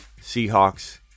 Seahawks